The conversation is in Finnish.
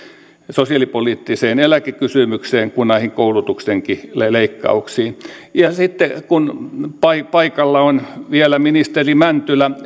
sosiaalipoliittiseen eläkekysymykseen kuin näihin koulutuksenkin leikkauksiin ja sitten kun paikalla on vielä ministeri mäntylä